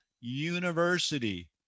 university